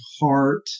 heart